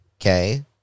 Okay